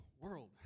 world